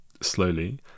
slowly